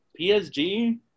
PSG